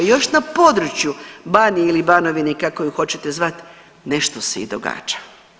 Još na području Banije ili Banovine kako ju hoćete zvati nešto se i događa.